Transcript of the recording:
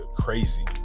crazy